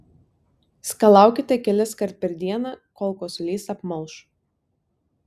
skalaukite keliskart per dieną kol kosulys apmalš